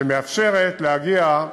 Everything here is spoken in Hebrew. שמאפשרת להגיע,